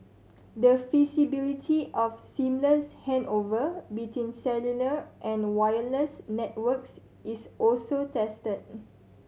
the feasibility of seamless handover between cellular and wireless networks is also tested